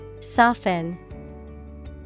Soften